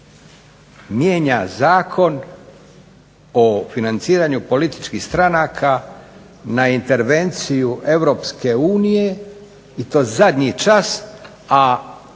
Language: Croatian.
mijenja Zakon o financiranju političkih stranaka na intervenciju Europske unije i to zadnji čas.